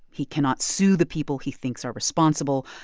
he cannot sue the people he thinks are responsible.